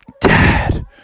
Dad